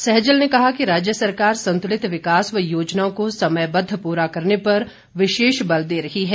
सैजल ने कहा कि राज्य सरकार संतुलित विकास व योजनाओं को समयबद्ध पूरा करने पर विशेष बल दे रही है